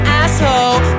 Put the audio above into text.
asshole